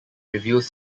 reveals